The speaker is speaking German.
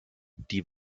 die